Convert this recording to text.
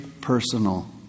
personal